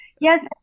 Yes